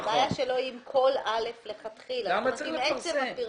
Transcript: הבעיה שלו היא עם כל (א) לכתחילה, לעצם הפרסום.